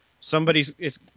somebody's